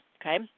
okay